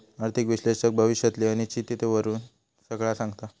आर्थिक विश्लेषक भविष्यातली अनिश्चिततेवरून सगळा सांगता